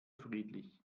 friedlich